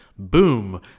Boom